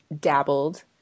dabbled